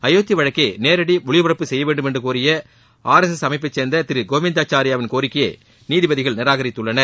அயோத்தி வழக்கை நேரடி ஒளிபரப்பு செய்ய வேண்டும் என்று கோரிய ஆர் எஸ் எஸ் அமைப்பை சேர்ந்த திரு கோவிந்தாசார்யா வின் கோரிக்கையை நீதிபதிகள் நிராகரித்துள்ளனர்